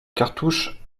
cartouche